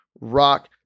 rock